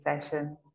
session